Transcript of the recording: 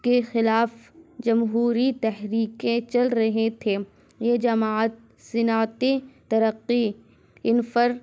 کے خلاف جمہوری تحریکیں چل رہے تھے یہ جماعت صنعتی ترقی انفر